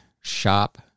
shop